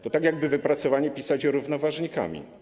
To tak jakby wypracowanie pisać równoważnikami.